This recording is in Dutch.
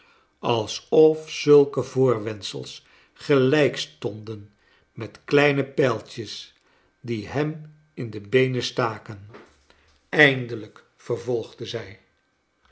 alsof zulke voorwendsels gelijk stonden met kleine pijltjes die hem in de beenen staken eindelijk vervolgde zrj